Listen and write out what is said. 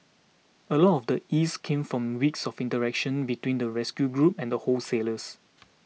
a lot of the ease came from weeks of interaction between the rescue group and the wholesalers